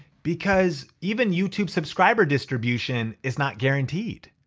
because even youtube subscriber distribution is not guaranteed.